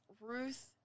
Ruth